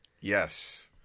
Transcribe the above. Yes